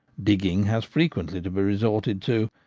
digging has frequently to be resorted to,